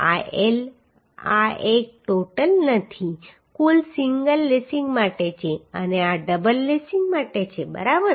આ L આ એક ટોટલ નથી કુલ સિંગલ લેસિંગ માટે છે અને આ ડબલ લેસિંગ માટે છે બરાબર